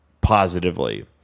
positively